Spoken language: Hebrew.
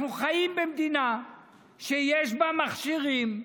אנחנו חיים במדינה שיש בה מכשירים,